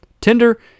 Tinder